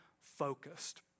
focused